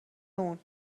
اون